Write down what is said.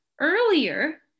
earlier